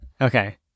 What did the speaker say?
okay